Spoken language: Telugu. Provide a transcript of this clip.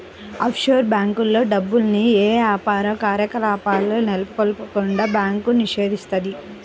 ఆఫ్షోర్ బ్యేంకుల్లో డబ్బుల్ని యే యాపార కార్యకలాపాలను నెలకొల్పకుండా బ్యాంకు నిషేధిత్తది